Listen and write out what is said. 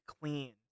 clean